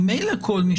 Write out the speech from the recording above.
ממילא כל מי